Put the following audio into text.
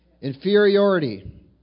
inferiority